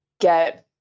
get